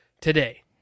today